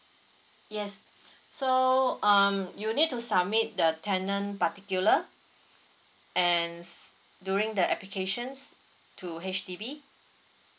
yes so um you need to submit the tenant particular and during the applications to H_D_B